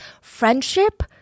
Friendship